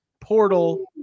portal